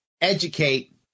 educate